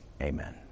Amen